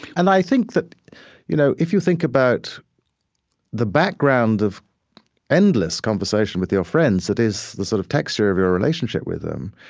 and i think that you know if you think about the background of endless conversation with your friends, that is, the sort of texture of your relationship with them,